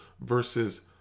versus